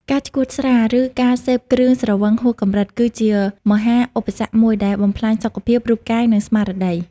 ការឆ្កួតស្រា ឬការសេពគ្រឿងស្រវឹងហួសកម្រិត គឺជាមហាឧបសគ្គមួយដែលបំផ្លាញសុខភាព រូបកាយ និងស្មារតី។